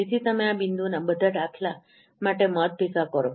તેથી તમે આ બિંદુના બધા દાખલા માટે મત ભેગા કરો